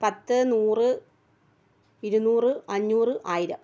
പത്ത് നൂറ് ഇരുന്നൂറ് അഞ്ഞൂറ് ആയിരം